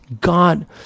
God